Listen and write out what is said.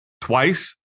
twice